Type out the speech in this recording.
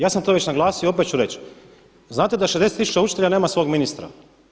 Ja sam to već naglasio i opet ću reći, znate da 60 tisuća učitelja nema svog ministra.